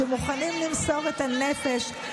שמוכנים למסור את הנפש,